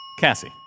Cassie